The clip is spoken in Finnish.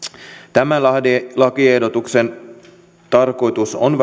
tämän lakiehdotuksen tarkoitus on